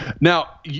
Now